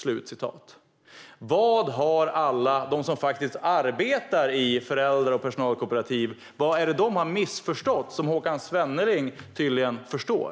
Vad är det som alla de som arbetar i föräldra och personalkooperativ har missförstått som Håkan Svenneling tydligen förstår?